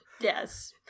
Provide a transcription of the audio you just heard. Yes